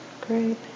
Great